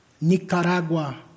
Nicaragua